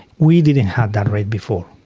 we didn't have that rate before,